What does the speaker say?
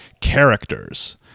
characters